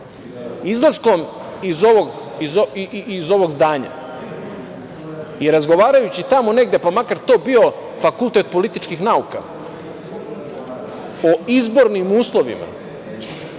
izlaskom iz ovog zdanja i razgovarajući tamo negde, pa makar to bio Fakultet političkih nauka o izbornim uslovima,